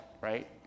right